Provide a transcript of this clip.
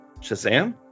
Shazam